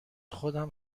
خودم